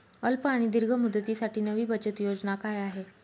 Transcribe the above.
अल्प आणि दीर्घ मुदतीसाठी नवी बचत योजना काय आहे?